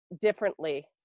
differently